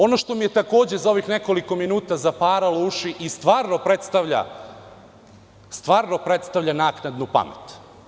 Ono što mi je takođe za ovih nekoliko minuta zaparalo uši i stvarno predstavlja naknadnu pamet.